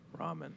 Ramen